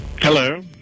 Hello